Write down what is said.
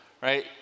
right